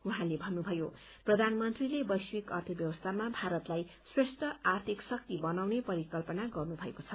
उहाँले भन्नुभयो प्रधानमन्त्रीले वैश्विक अर्थव्यवस्थामा भारतलाई श्रेष्ठ आर्थिक शक्ति बनाउने परिकल्पना गर्नुभएको छ